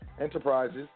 enterprises